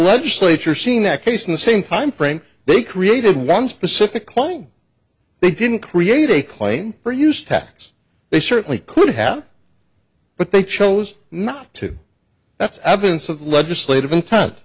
legislature seen that case in the same timeframe they created one specifically they didn't create a claim for use tax they certainly could have but they chose not to that's evidence of legislative intent